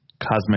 cosmic